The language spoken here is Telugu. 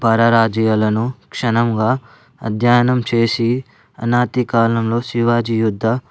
పరాజయాలను క్షుణ్ణంగా అధ్యయనం చేసి అనాటి కాలంలో శివాజీ యుద్ధ